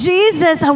Jesus